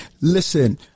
Listen